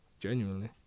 genuinely